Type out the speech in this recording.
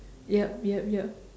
yup yup yup